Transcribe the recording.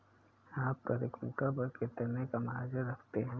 आप प्रति क्विंटल पर कितने का मार्जिन रखते हैं?